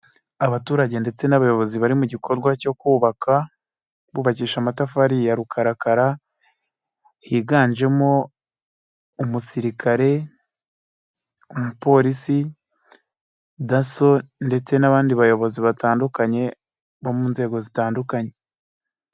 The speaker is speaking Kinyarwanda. Abaturage ndetse n'abayobozi bari mu gikorwa cyo kubaka bubakisha amatafari ya rukarakara higanjemo umusirikare, umupolisi, daso ndetse n'abandi bayobozi batandukanye bo mu nzego zitandukanye.